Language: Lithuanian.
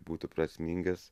būtų prasmingas